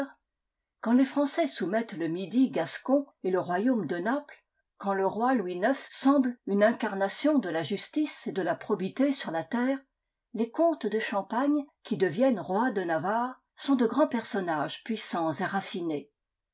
quand les français soumettent le midi gascon et le royaume de naples quand le roi louis ix semble une incarnation de la justice et de la probité sur la terre les comtes de champagne qui deviennent rois de navarre sont de grands personnages puissants et raffinés